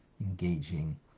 engaging